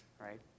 right